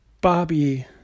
Bobby